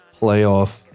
Playoff